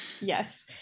Yes